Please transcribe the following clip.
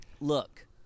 Look